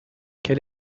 quel